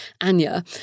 Anya